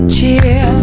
cheer